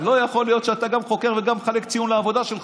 לא יכול להיות שאתה גם חוקר וגם מחלק ציון לעבודה שלך.